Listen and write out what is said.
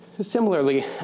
similarly